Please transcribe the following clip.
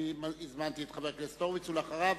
אני הזמנתי את חבר הכנסת הורוביץ, ואחריו,